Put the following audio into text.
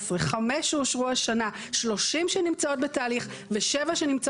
השנה החלטנו לגבי חלוקה בתוך מועצה אזורית תמר ממפעלי ים